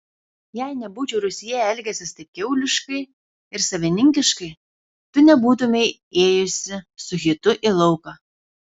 jei nebūčiau rūsyje elgęsis taip kiauliškai ir savininkiškai tu nebūtumei ėjusi su hitu į lauką